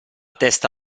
testa